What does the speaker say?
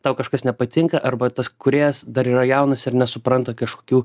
tau kažkas nepatinka arba tas kūrėjas dar yra jaunas ir nesupranta kažkokių